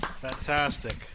Fantastic